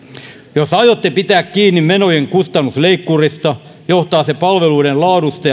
jos aiotte pitää kiinni menojen kustannusleikkurista johtaa se palveluiden laadusta